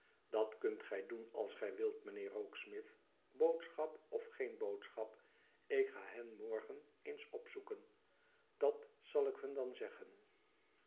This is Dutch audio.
dat kunt gij doen als gij wilt mijnheer rokesmith boodschap of geen boodschap ik ga hen morgen eens opzoeken dat zal ik hun dan zeggen